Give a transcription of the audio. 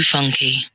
Funky